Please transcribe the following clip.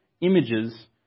images